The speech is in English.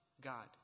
God